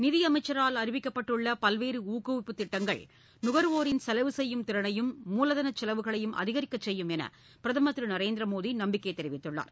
நிதியமைச்சரால் அறிவிக்கப்பட்டுள்ள பல்வேறு ஊக்குவிப்புத் திட்டங்கள் நுகர்வோரின் செலவு செய்யும் திறனையும் மூலதனச் செலவுகளையும் அதிகரிக்கச் செய்யும் என பிரதமர் திரு நரேந்திர மோடி நம்பிக்கை தெரிவித்துள்ளார்